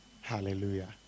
Hallelujah